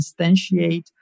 instantiate